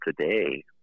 today